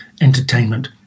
entertainment